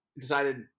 decided